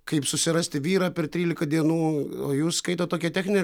kaip susirasti vyrą per trylika dienų o jūs skaitot tokią techninę